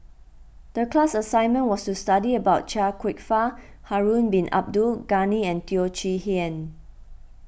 the class assignment was to study about Chia Kwek Fah Harun Bin Abdul Ghani and Teo Chee Hean